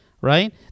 right